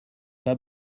pas